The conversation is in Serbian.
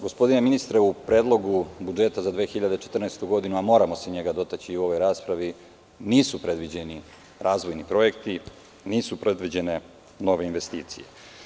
Gospodine ministre, u Predlogu budžeta za 2014. godinu, a moramo se njega dotaći i u ovoj raspravi, nisu predviđeni razvojni projekti, nisu predviđene nove investicije.